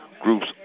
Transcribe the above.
groups